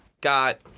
got